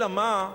אלא מה,